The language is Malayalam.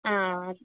ആ